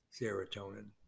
serotonin